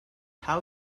how